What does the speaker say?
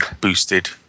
boosted